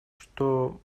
что